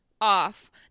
off